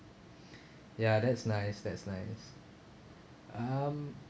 ya that's nice that's nice uh